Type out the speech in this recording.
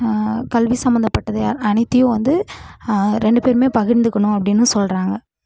கல்வி சம்பந்தப்பட்டதை அனைத்தையும் வந்து ரெண்டு பேருமே பகிர்ந்துக்கணும் அப்படின்னு சொல்கிறாங்க